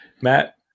Matt